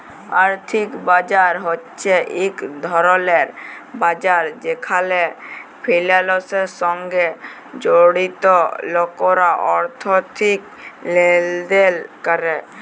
আর্থিক বাজার হছে ইক ধরলের বাজার যেখালে ফিলালসের সঙ্গে জড়িত লকরা আথ্থিক লেলদেল ক্যরে